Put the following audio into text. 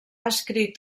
escrit